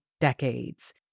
decades